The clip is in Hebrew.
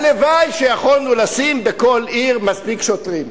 הלוואי שיכולנו לשים בכל עיר מספיק שוטרים.